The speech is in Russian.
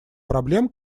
проблем